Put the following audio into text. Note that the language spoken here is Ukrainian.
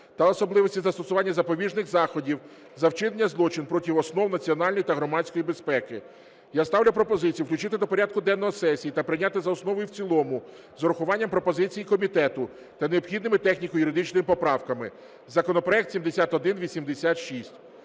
та особливості застосування запобіжних заходів за вчинення злочинів проти основ національної та громадської безпеки. Я ставлю пропозицію включити до порядку денного сесії та прийняти за основу і в цілому з урахуванням пропозицій комітету та необхідними техніко-юридичними поправками законопроект 7186.